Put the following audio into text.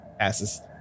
asses